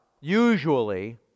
usually